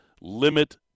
limit